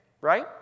right